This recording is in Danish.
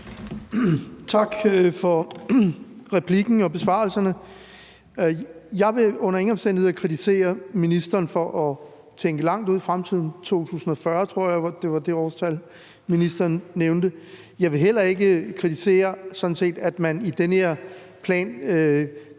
Tak for replikken og besvarelserne. Jeg vil under ingen omstændigheder kritisere ministeren for at tænke langt ud i fremtiden – 2040 tror jeg var det årstal, ministeren